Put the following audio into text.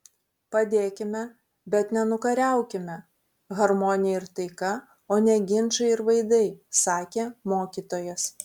padėkime bet ne nukariaukime harmonija ir taika o ne ginčai ir vaidai sakė mokytojas